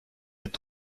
est